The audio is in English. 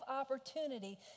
opportunity